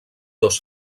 dos